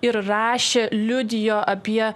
ir rašė liudijo apie